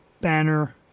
banner